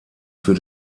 für